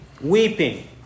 weeping